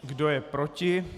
Kdo je proti?